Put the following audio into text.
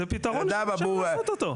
זה פתרון שאפשר לעשות אותו.